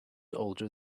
older